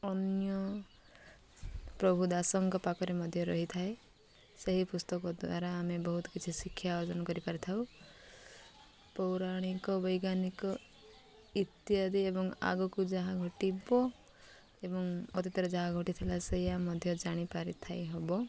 ଅନ୍ୟ ପ୍ରଭୁ ଦାସଙ୍କ ପାଖରେ ମଧ୍ୟ ରହିଥାଏ ସେହି ପୁସ୍ତକ ଦ୍ୱାରା ଆମେ ବହୁତ କିଛି ଶିକ୍ଷା ଅର୍ଜନ କରିପାରିଥାଉ ପୌରାଣିକ ବୈଜ୍ଞାନିକ ଇତ୍ୟାଦି ଏବଂ ଆଗକୁ ଯାହା ଘଟିବ ଏବଂ ଅତୀତରେ ଯାହା ଘଟିଥିଲା ସେ ମଧ୍ୟ ଜାଣିପାରିଥାଇ ହବ